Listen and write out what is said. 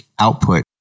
output